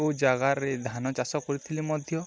କେଉଁ ଜାଗାରେ ଧାନ ଚାଷ କରିଥିଲେ ମଧ୍ୟ